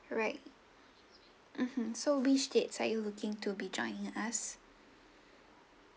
alright mmhmm so which dates are you looking to be joining us